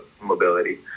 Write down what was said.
mobility